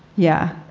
yeah,